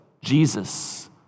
Jesus